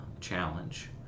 challenge